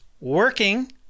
working